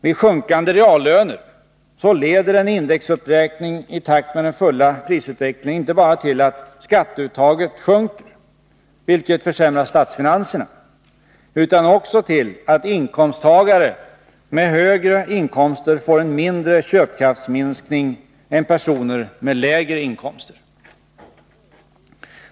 Vid sjunkande reallöner leder en indexuppräkning i takt med den fulla prisutvecklingen inte bara till att skatteuttaget sjunker, vilket försämrar statsfinanserna, utan också till att inkomsttagare med högre inkomster får en köpkraftsminskning som understiger den för personer med lägre inkomster.